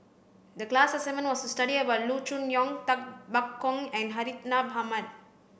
the class assignment was to study about Loo Choon Yong Tay Bak Koi and Hartinah Ahmad